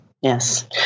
Yes